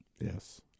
Yes